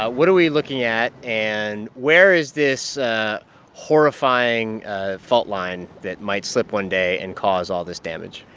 ah what are we looking at? and where is this horrifying faultline that might slip one day and cause all this damage?